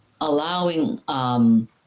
allowing